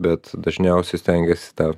bet dažniausiai stengiasi tą